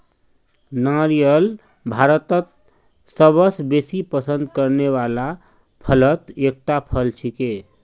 नारियल भारतत सबस बेसी पसंद करने वाला फलत एकता फल छिके